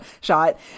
shot